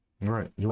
right